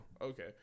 Okay